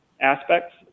aspects